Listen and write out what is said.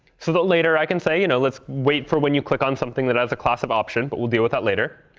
so that later i can say you know let's wait for when you click on something that has a class of option, but we'll deal with that later.